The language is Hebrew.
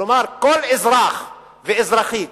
כלומר כל אזרח ואזרחית,